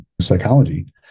psychology